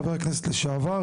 חבר הכנסת לשעבר,